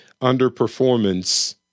underperformance